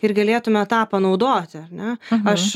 ir galėtume tą panaudoti ar ne aš